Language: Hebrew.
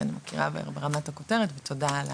אני מכירה ברמת הכותרת, תודה.